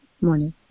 morning